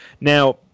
Now